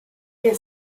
que